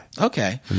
Okay